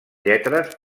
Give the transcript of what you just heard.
lletres